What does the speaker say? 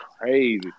crazy